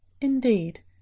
Indeed